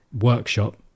workshop